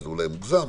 אולי זה מוגזם,